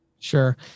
Sure